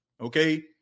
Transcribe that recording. okay